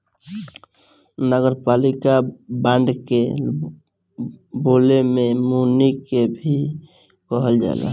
नगरपालिका बांड के बोले में मुनि के भी कहल जाला